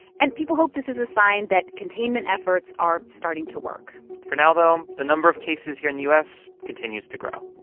and people hope this a sign that containment efforts are starting to work for now, though, the number of cases here in the u s. continues to grow